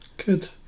good